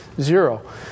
zero